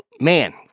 Man